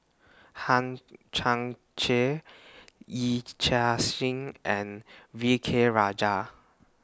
Hang Chang Chieh Yee Chia Hsing and V K Rajah